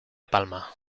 palma